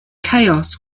chaos